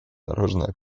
дорожная